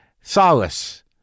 solace